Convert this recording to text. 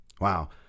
wow